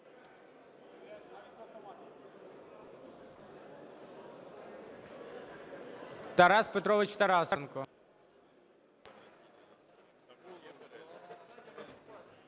Тарас Петрович Тарасенко.